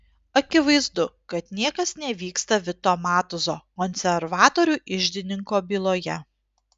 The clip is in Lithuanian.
akivaizdu kad niekas nevyksta vito matuzo konservatorių iždininko byloje